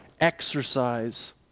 exercise